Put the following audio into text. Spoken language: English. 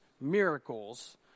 miracles